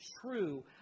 true